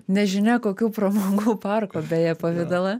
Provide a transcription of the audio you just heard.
nežinia kokių pramogų parko beje pavidalą